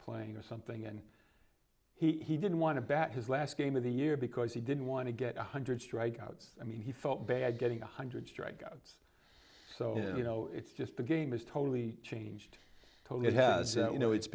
playing or something and he didn't want to bat his last game of the year because he didn't want to get one hundred strikeouts i mean he felt bad getting one hundred strike gods so you know it's just the game is totally changed it hasn't you know it's